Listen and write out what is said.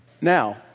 now